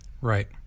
Right